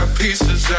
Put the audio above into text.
pieces